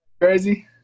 Crazy